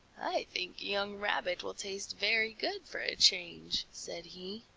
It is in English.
i think young rabbit will taste very good for a change, said he.